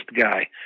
guy